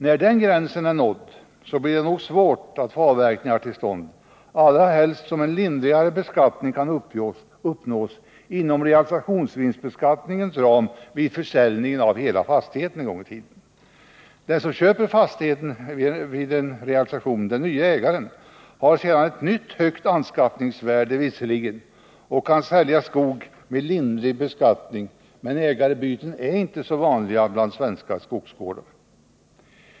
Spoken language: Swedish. När den gränsen är nådd blir det nog svårt att få avverkningar till stånd, allra helst som en lindrigare beskattning kan uppnås inom realisationsvinstbeskattningens ram vid en försäljning av hela fastigheten en gång i tiden. Den 175 nya ägaren har visserligen sedan ett nytt högt anskaffningsvärde och kan sälja skog med lindrig beskattning, men ägarbyten är inte så vanliga när det gäller svenska skogsgårdar.